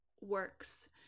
works